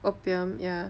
opium ya